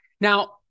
Now